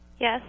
Yes